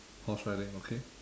horse riding okay